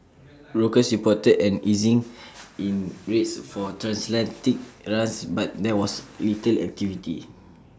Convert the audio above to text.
brokers reported an easing in rates for transatlantic runs but there was little activity